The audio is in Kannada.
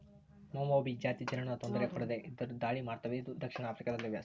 ಮೌಮೌಭಿ ಜಾತಿ ಜೇನುನೊಣ ತೊಂದರೆ ಕೊಡದೆ ಇದ್ದರು ದಾಳಿ ಮಾಡ್ತವೆ ಇವು ದಕ್ಷಿಣ ಆಫ್ರಿಕಾ ದಲ್ಲಿವೆ